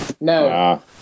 No